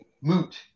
Moot